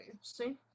See